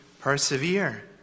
persevere